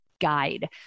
guide